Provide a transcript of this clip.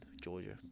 Georgia